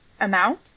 amount